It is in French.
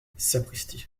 sapristi